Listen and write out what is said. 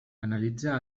analitza